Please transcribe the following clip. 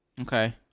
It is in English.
Okay